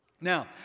now